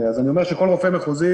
אני אומר שכל רופא מחוזי,